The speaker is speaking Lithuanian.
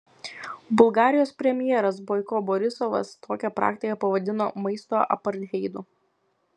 bulgarijos premjeras boiko borisovas tokią praktiką pavadino maisto apartheidu